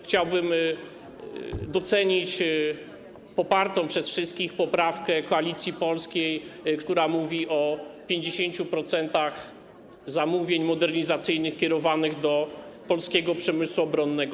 Chciałbym również docenić popartą przez wszystkich poprawkę Koalicji Polskiej, która mówi o 50% zamówień modernizacyjnych kierowanych do polskiego przemysłu obronnego.